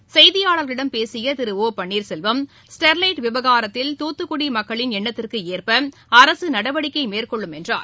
பின்னர் செய்தியாளர்களிடம் பேசியதிரு ஒ பள்ளீர்செல்வம் ஸ்டெர்லைட் விவகாரத்தில் தூத்துக்குடிமக்களின் எண்ணத்திற்குஏற்பஅரசுநடவடிக்கைமேற்கொள்ளும் என்றார்